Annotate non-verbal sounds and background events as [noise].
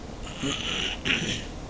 [coughs]